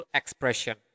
expression